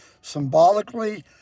symbolically